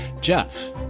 jeff